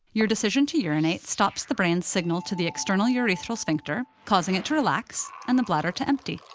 your decision to urinate stops the brain's signal to the external urethral sphincter, causing it to relax and the bladder to empty.